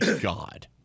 god